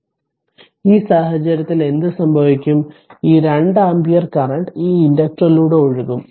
അതിനാൽ ഈ സാഹചര്യത്തിൽ എന്ത് സംഭവിക്കും ഈ 2 ആമ്പിയർ കറന്റ് ഈ ഇൻഡക്ടറിലൂടെ ഒഴുകും